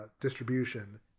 distribution